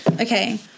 okay